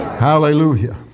hallelujah